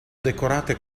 decorate